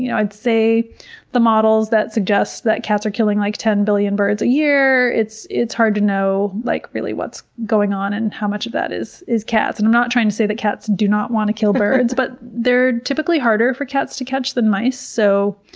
you know i'd say the models that suggest that cats are killing like ten billion birds a year, it's it's hard to know like really what's going on and how much of that is is cats. and i'm not trying to say that cats do not want to kill birds, but they're typically harder for cats to catch the mice. so